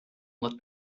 let